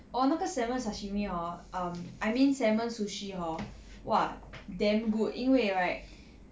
orh 那个 salmon sashimi hor um I mean salmon sushi hor !wah! damn good 因为 right